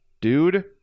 dude